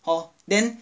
hor then